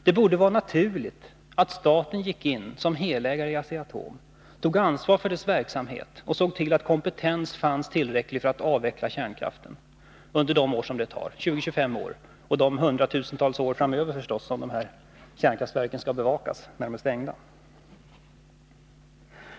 Det borde vara naturligt att staten gick in som helägare av Asea-Atom och tog ansvaret för dess verksamhet samt såg till att det fanns tillräcklig kompetens för att avveckla kärnkraften under de år som detta tar — 20-25 år — och under de hundratusentals år framöver som de stängda kärnkraftverken skall bevakas.